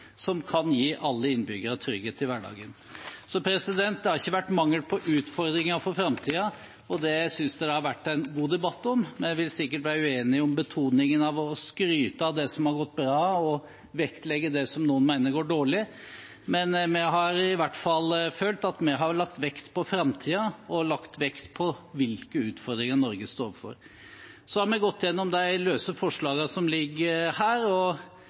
som kan gi alle innbyggere trygghet i hverdagen. Det har ikke vært mangel på utfordringer for framtiden, og det synes jeg det har vært en god debatt om. Vi vil sikkert være uenige om betoningen av å skryte av det som har gått bra, og å vektlegge det som noen mener går dårlig, men vi har i hvert fall følt at vi har lagt vekt på framtiden og hvilke utfordringer Norge står overfor. Vi har gått igjennom forslagene som foreligger, og Høyre, også de